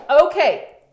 Okay